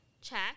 Check